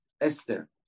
Esther